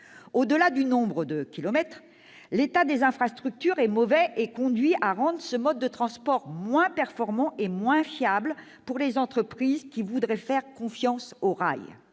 Au-delà du nombre de kilomètres, le mauvais état des infrastructures conduit à rendre ce mode de transport moins performant et moins fiable pour les entreprises qui voudraient faire confiance au rail.